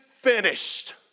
finished